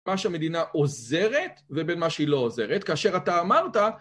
מה שהמדינה עוזרת ובין מה שהיא לא עוזרת, כאשר אתה אמרת